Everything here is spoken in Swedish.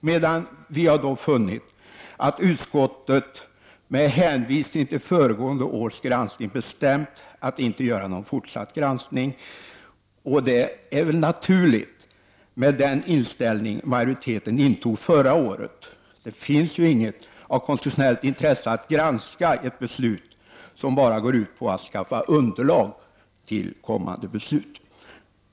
Med hänvisning till föregående års granskning har utskottet bestämt att inte göra en fortsatt granskning, och det är väl naturligt med tanke på den inställning som majoriteten hade förra året. Det finns ju inget konstitutionellt intresse för att granska ett beslut som bara går ut på att skaffa fram underlag för kommande beslut.